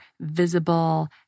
visible